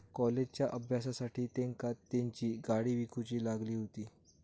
कॉलेजच्या अभ्यासासाठी तेंका तेंची गाडी विकूची लागली हुती